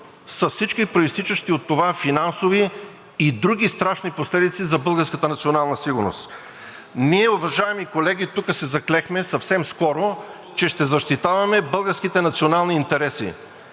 с всички произтичащи от това финансови и други страшни последици за българската национална сигурност. Ние, уважаеми колеги, тук се заклехме съвсем скоро, че ще защитаваме българските национални интереси.